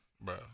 bro